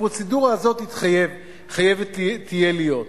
הפרוצדורה הזאת חייבת תהיה להיות.